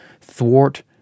thwart